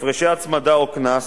הפרשי הצמדה או קנס,